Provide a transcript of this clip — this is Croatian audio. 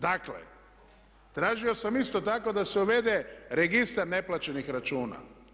Dakle tražio sam isto tako da se uvede registar neplaćenih računa.